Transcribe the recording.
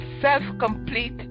self-complete